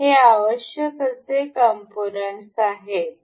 हे आवश्यक असे कॉम्पोनन्ट्स आहेत